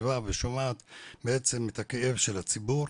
מקשיבה ושומעת בעצם את הכאב של הציבור.